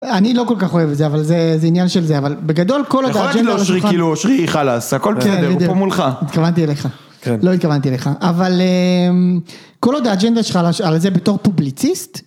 אני לא כל כך אוהב את זה, אבל זה עניין של זה, אבל בגדול כל עוד האג'נדה שלך... יכול להגיד לו, כאילו, אושרי, חלאס, הכל בסדר, הוא פה מולך. התכוונתי אליך, לא התכוונתי אליך, אבל כל עוד האג'נדה שלך על זה בתור פובליציסט?